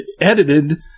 edited